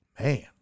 man